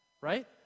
right